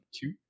two